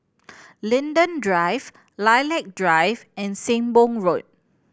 Linden Drive Lilac Drive and Sembong Road